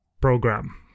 program